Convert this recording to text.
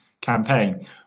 campaign